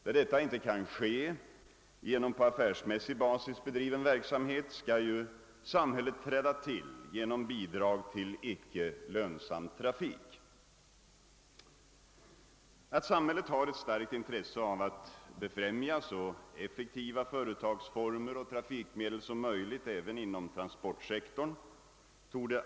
Där detta inte kan ske genom på affärsmässig basis bedriven verksamhet skall samhället träda in genom bidrag till icke lönsam trafik. Alla torde vara överens om att samhället har ett starkt intresse av att befrämja så effektiva företagsformer och trafikmedel som möjligt även inom transportsektorn.